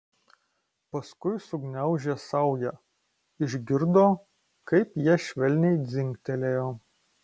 paskui sugniaužė saują išgirdo kaip jie švelniai dzingtelėjo